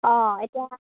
অঁ এতিয়া